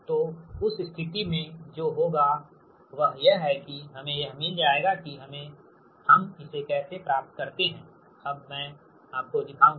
तो उस स्थिति में जो होगा वह यह है कि हमें यह मिल जाएगा कि हम इसे कैसे प्राप्त करते हैं अब मैं आपको दिखाऊंगा